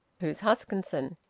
who's huskisson?